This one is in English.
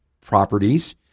properties